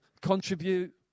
contribute